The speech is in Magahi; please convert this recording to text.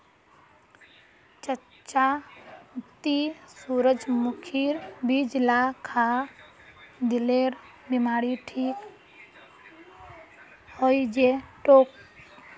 चच्चा ती सूरजमुखीर बीज ला खा, दिलेर बीमारी ठीक हइ जै तोक